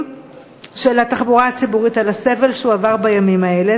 של התחבורה הציבורית על הסבל שהוא עבר בימים האלה.